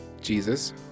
Jesus